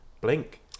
Blink